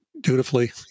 dutifully